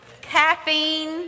Caffeine